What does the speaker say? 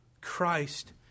Christ